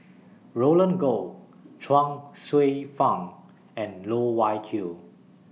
Roland Goh Chuang Hsueh Fang and Loh Wai Kiew